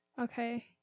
okay